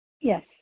Yes